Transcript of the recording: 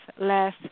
less